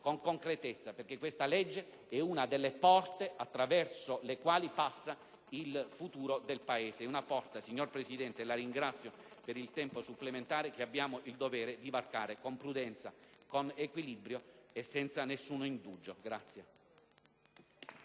con concretezza, perché questa legge è una delle porte attraverso le quali passa il futuro del Paese. Una porta, signora Presidente (e la ringrazio per il tempo supplementare concessomi), che abbiamo il dovere di varcare con prudenza, con equilibrio e senza alcun indugio.